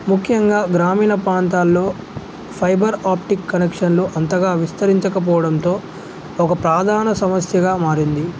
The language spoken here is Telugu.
ముఖ్యంగా గ్రామీణ ప్రాంతాల్లో ఫైబర్ ఆప్టిక్ కనెక్షన్లు అంతగా విస్తరింతకపోవడంతో ఒక ప్రాధాన సమస్యగా మారింది